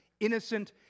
Innocent